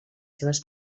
seves